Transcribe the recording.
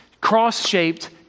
cross-shaped